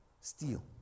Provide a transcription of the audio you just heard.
steal